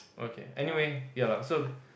okay anyway ya lah so